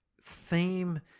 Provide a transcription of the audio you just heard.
theme